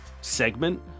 segment